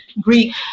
Greek